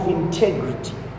integrity